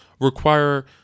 require